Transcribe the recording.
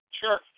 Sure